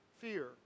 fear